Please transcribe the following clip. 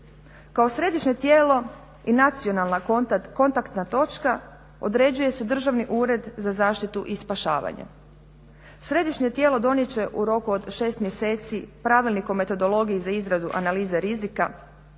Kao središnje tijelo i nacionalna kontaktna točka određuje se Državni ured za zaštitu i spašavanje. Središnje tijelo donijet će u roku od 6 mjeseci Pravilnik o metodologiji za izradu analize rizika